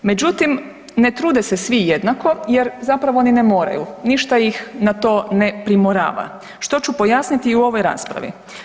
Međutim, ne trude se svi jednako jer zapravo ni ne moraju, ništa ih na to ne primorava, što ću pojasniti i u ovoj raspravi.